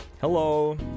Hello